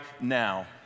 now